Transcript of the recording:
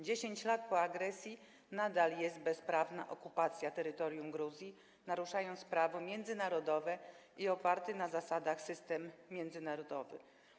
10 lat po agresji nadal trwa bezprawna okupacja terytorium Gruzji, naruszająca prawo międzynarodowe i oparty na zasadach system międzynarodowy.